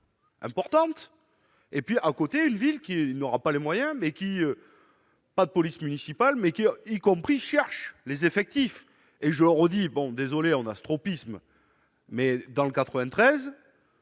importante et puis à côté, une ville qui n'aura pas les moyens, mais qui, pas de police municipale, mais qui y compris cherche les effectifs et je redis, bon, désolé, on a ce tropisme mais dans le 93